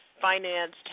financed